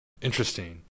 Interesting